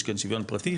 יש כאן שוויון פרטי,